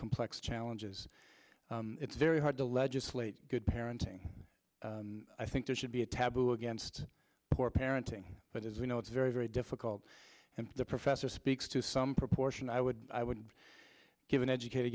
complex challenges it's very hard to legislate good parenting i think there should be a taboo against poor parenting but as we know it's very very difficult and the professor speaks to some proportion i would i would give an educated